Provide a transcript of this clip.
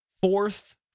fourth